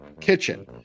Kitchen